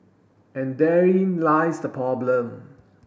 and therein lies the problem